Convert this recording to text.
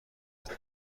است